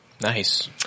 Nice